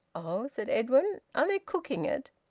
oh! said edwin. are they cooking it?